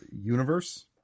universe